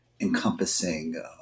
encompassing